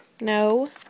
no